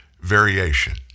variation